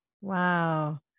Wow